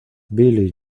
billie